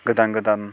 गोदान गोदान